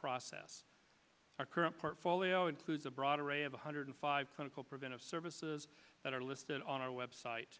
process our current portfolio includes a broad array of one hundred five clinical preventive services that are listed on our website